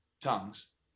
tongues